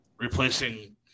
replacing